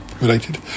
related